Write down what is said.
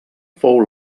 fou